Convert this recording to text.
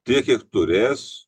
tiek kiek turės